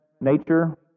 nature